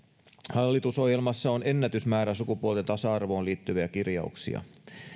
hallitusohjelmassa on ennätysmäärä sukupuolten tasa arvoon liittyviä kirjauksia